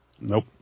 Nope